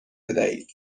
بدهید